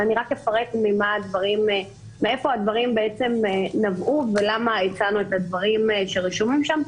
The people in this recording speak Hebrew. אבל אני רק אפרט מאיפה הדברים נבעו ולמה הצנו את הדברים שרשומים שם,